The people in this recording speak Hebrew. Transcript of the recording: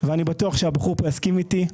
ואני בטוח שהבחור פה יסכים איתי,